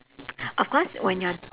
of course when you're